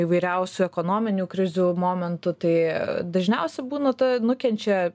įvairiausių ekonominių krizių momentu tai dažniausiai būna ta nukenčia